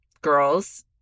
Girls